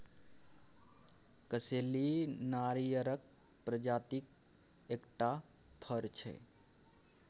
कसैली नारियरक प्रजातिक एकटा फर छै